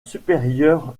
supérieure